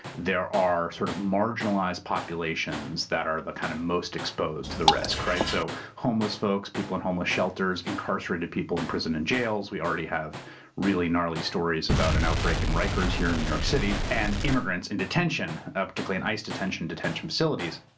there are sort of marginalized populations that are the kind of most exposed to the risk. so homeless folks, people in homeless shelters, incarcerated people in prison and jails. we already have really gnarly stories about an outbreak in rikers here in new york city and immigrants in detention, ah particularly in ice detention detention facilities.